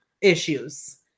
issues